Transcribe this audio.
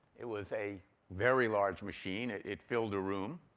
it was a very large machine. it it filled a room.